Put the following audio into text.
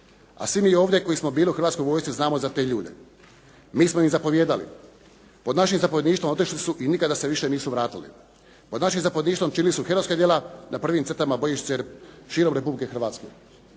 A svi mi ovdje koji smo bili u Hrvatskoj vojsci znamo za te ljude. Mi smo im zapovijedali. Pod našim zapovjedništvom otišli su i nikada se više nisu vratili. Pod našim zapovjedništvom činili su herojska djela na prvim crtama bojišnice širom Republike Hrvatske.